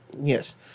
yes